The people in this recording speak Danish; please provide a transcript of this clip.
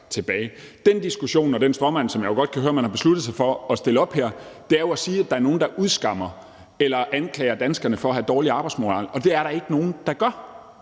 tilbage. Den diskussion og den stråmand, som jeg jo godt kan høre man har besluttet sig for at stille op her, er jo at sige, at der er nogle, der udskammer eller anklager danskerne for at have dårlig arbejdsmoral – og det er der ikke nogen der gør.